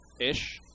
ish